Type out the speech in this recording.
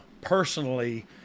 personally